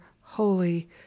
Holy